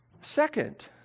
Second